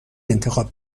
انتخاب